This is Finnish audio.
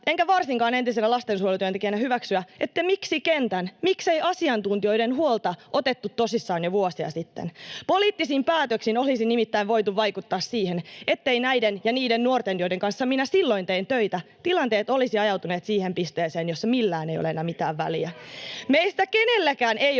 enkä varsinkaan entisenä lastensuojelun työntekijänä hyväksyä, miksi kentän ja miksei asiantuntijoiden huolta otettu tosissaan jo vuosia sitten? Poliittisin päätöksin olisi nimittäin voitu vaikuttaa siihen, ettei näiden ja niiden nuorten, joiden kanssa minä silloin tein töitä, tilanteet olisi ajautuneet siihen pisteeseen, jossa millään ei ole enää mitään väliä. Meistä kenellekään ei ole